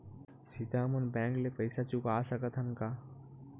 सीधा हम मन बैंक ले पईसा चुका सकत हन का?